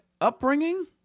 upbringing